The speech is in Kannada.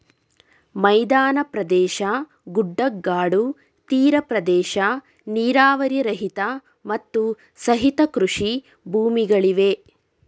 ಮೈದಾನ ಪ್ರದೇಶ, ಗುಡ್ಡಗಾಡು, ತೀರ ಪ್ರದೇಶ, ನೀರಾವರಿ ರಹಿತ, ಮತ್ತು ಸಹಿತ ಕೃಷಿ ಭೂಮಿಗಳಿವೆ